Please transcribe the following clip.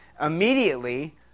immediately